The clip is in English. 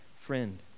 friend